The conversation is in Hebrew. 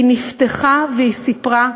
היא נפתחה והיא סיפרה.